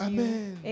Amen